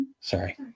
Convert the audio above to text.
Sorry